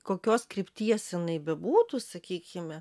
kokios krypties jinai bebūtų sakykime